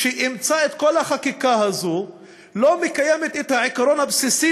שאימצה את כל החקיקה הזו לא מקיימת את העיקרון הבסיסי